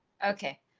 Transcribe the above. okay,